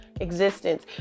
existence